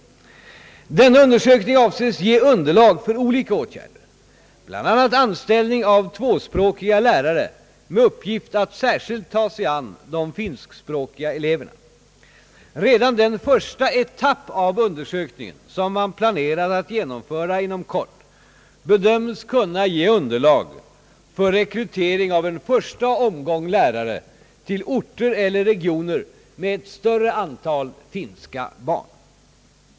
Denna undersökning avses ge underlag för olika åtgärder, bl.a. anställning av tvåspråkiga lärare med uppgift att särskilt ta sig an de finskspråkiga eleverna. Redan den första etapp av undersökningen som man planerat att genomföra inom kort bedöms kunna ge underlag för rekrytering av en första omgång lärare till orter eller regioner med ett större antal finska barn.